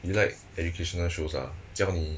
you like educational shows ah jiang 你